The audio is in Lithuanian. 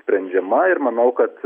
sprendžiama ir manau kad